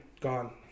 gone